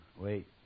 wait